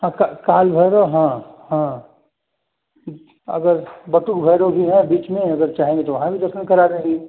हाँ काल भैरो हाँ हाँ अगर बटुक भैरो जी हैं बीच में अगर चाहेंगे तो वहाँ भी दर्शन करा देंगे